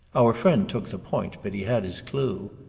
our friend took the point, but he had his clue.